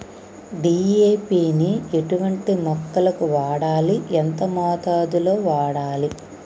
DAP ని ఎటువంటి మొక్కలకు వాడాలి? ఎంత మోతాదులో వాడాలి?